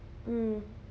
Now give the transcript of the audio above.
mm